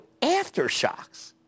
aftershocks